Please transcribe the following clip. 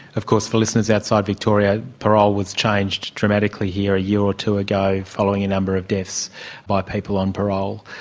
of course, for listeners outside victoria, parole was changed dramatically here a year or two ah ago following a number of deaths by people on parole.